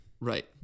Right